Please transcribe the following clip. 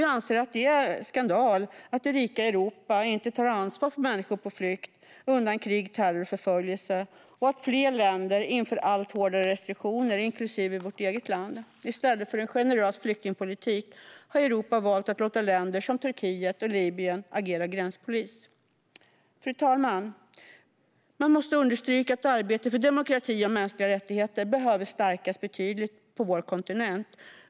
Jag anser att det är skandal att det rika Europa inte tar ansvar för människor på flykt undan krig, terror och förföljelse och att allt fler länder, inklusive Sverige, inför allt hårdare restriktioner. I stället för en generös flyktingpolitik har Europa valt att låta länder som Turkiet och Libyen agera gränspolis. Fru talman! Man måste understryka att arbetet för demokrati och mänskliga rättigheter på vår kontinent behöver stärkas betydligt.